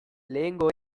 lehengo